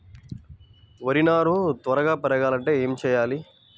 వరి నారు త్వరగా పెరగాలంటే ఏమి చెయ్యాలి?